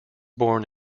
born